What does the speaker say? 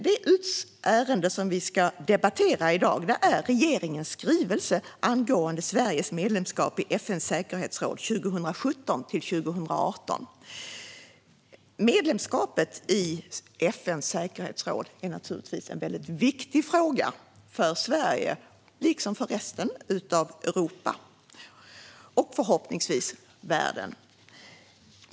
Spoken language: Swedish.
Det ärende som vi ska debattera i dag är regeringens skrivelse angående Sveriges medlemskap i FN:s säkerhetsråd 2017-2018. Medlemskapet i FN:s säkerhetsråd är naturligtvis en väldigt viktig fråga för Sverige, liksom för resten av Europa och förhoppningsvis världen.